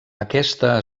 aquesta